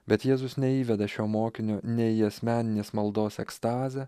bet jėzus neįveda šio mokinio nei asmeninės maldos ekstazę